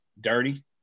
dirty